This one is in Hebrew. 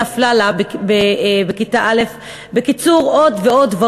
למשרדי: אני מתגוררת בבת-ים בדירה בת שני חדרים.